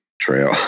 trail